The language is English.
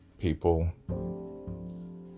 people